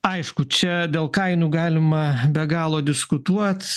aišku čia dėl kainų galima be galo diskutuot